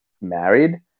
married